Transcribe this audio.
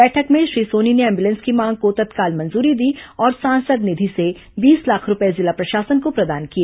बैठक में श्री सोनी ने एंबुलेंस की मांग को तत्काल मंजूरी दी और सांसद निधि से बीस लाख रूपये जिला प्रशासन को प्रदान किए